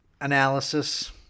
analysis